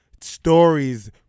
stories